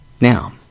now